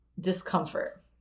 discomfort